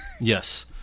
Yes